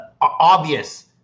obvious